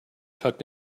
tucked